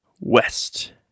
West